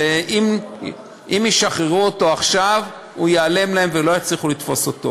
ואם ישחררו אותו עכשיו הוא ייעלם להם ולא יצליחו לתפוס אותו